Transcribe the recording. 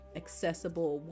accessible